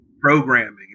Programming